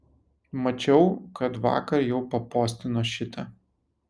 mačiau kad vakar jau papostino šitą